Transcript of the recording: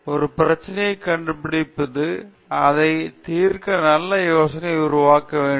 ஒரு பிரச்சினையை கண்டுபிடித்து அதை தீர்க்க நல்ல யோசனையை உருவாக்க வேண்டும்